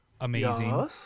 amazing